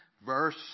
verse